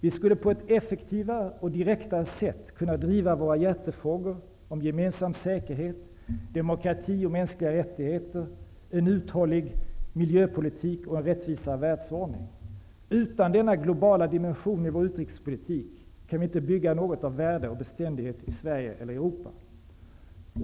Vi skulle på ett effektivare och direktare sätt kunna driva våra hjärtefrågor som gemensam säkerhet, demokrati och mänskliga rättigheter, uthållig miljöpolitik och rättvisare världsordning. Utan denna globala dimension i vår utrikespolitik kan vi inte bygga något av värde och beständighet i Sverige eller i Europa.